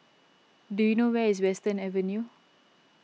do you know where is Western Avenue